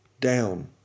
down